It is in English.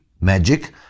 magic